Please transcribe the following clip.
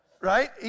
right